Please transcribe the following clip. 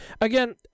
again